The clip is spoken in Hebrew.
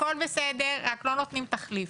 הכול בסדר, רק לא נותנים תחליף.